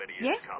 Yes